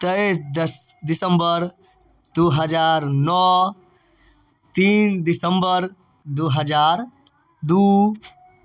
तेइस दस दिसम्बर दुइ हजार नओ तीन दिसम्बर दुइ हजार दुइ